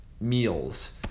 meals